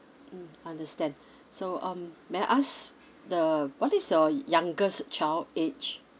mm understand so um may I ask the what is your youngest child age